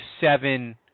seven